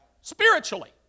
spiritually